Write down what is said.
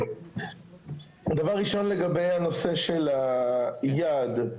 לגבי הנושא של היעד.